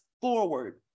forward